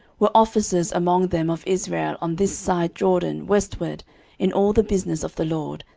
were officers among them of israel on this side jordan westward in all the business of the lord,